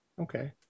Okay